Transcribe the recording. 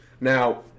Now